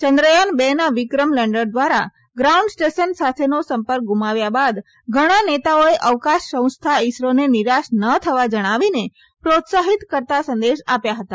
ચંદ્રયાન બે ના વિક્રમ લેન્ડર દ્વારા ગ્રાઉન્ડ સ્ટેશન સાથેનો સંપર્ક ગુમાવ્યા બાદ ઘણા નેતાઓએ અવકાશ સંસ્થા ઈસરોને નિરાશ ન થવા જણાવીને પ્રોત્સાહિત કરતા સંદેશ આપ્યા હતા